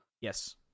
Yes